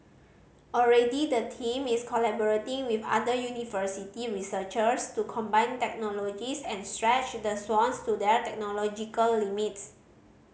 already the team is collaborating with other university researchers to combine technologies and stretch the swans to their technological limits